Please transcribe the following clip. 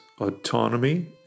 autonomy